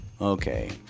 okay